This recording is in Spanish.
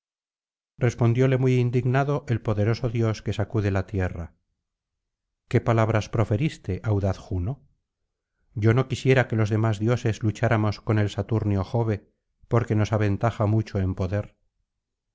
respondióle muy indignado el poderoso dios que sacude la tierra qué palabras proferiste audaz juno yo no quisiera que los demás dioses lucháramos con el saturnio jove porque nos aventaja mucho en poder